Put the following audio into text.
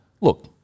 Look